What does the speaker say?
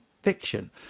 fiction